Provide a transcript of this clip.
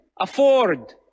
afford